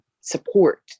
support